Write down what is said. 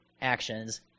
actions